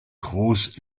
groß